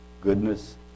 goodness